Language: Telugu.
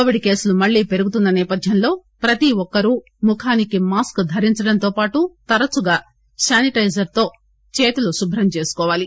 కోవిడ్ కేసులు మళ్లీ పెరుగుతున్న నేపథ్యంలో ప్రతి ఒక్కరూ ముఖానికి మాస్క్ ధరించడంతో పాటు తరచుగా శానిటైజర్ తో చేతులు శుభ్రం చేసుకోవాలి